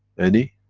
any?